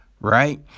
Right